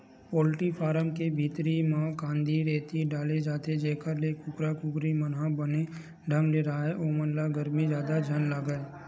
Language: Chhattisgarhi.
पोल्टी फारम के भीतरी म कांदी, रेती डाले जाथे जेखर ले कुकरा कुकरी मन ह बने ढंग ले राहय ओमन ल गरमी जादा झन लगय